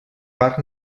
parc